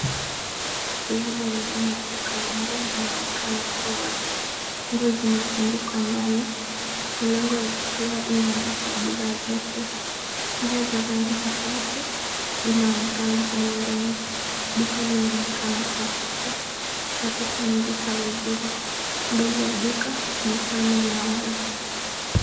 Sehemu ya ndani ya duka. Lango linaonekana kuwa wazi. Nguo zimetundikwa ndani. Milango ya kioo inaonyesha bidhaa zote. Nguo za rangi tofauti zinaonekana humu ndani. Duka linaonekana kuwa safi na kupangika vizuri. Mbele ya duka ni pana na wazi.